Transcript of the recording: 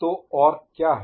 तो और क्या है